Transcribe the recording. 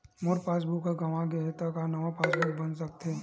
मोर passbook ह गंवा गे हे त का नवा पास बुक बन सकथे?